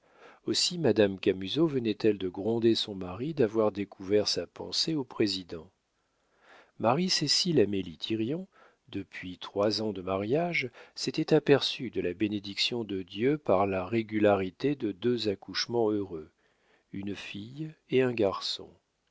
aussi madame camusot venait-elle de gronder son mari d'avoir découvert sa pensée au président marie cécile amélie thirion depuis trois ans de mariage s'était aperçue de la bénédiction de dieu par la régularité de deux accouchements heureux une fille et un garçon